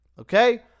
okay